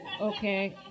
Okay